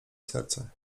serce